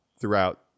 throughout